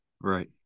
Right